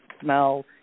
Smell